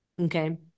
Okay